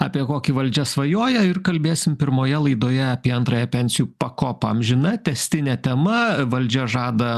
apie kokį valdžia svajoja ir kalbėsim pirmoje laidoje apie antrąją pensijų pakopą amžina tęstinė tema valdžia žada